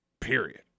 period